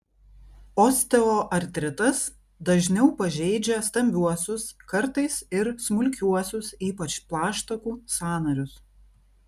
osteoartritas dažniau pažeidžia stambiuosius kartais ir smulkiuosius ypač plaštakų sąnarius